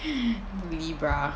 libra